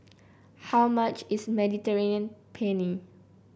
how much is Mediterranean Penne